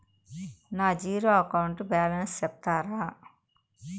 నా zero account balance సెప్తారా?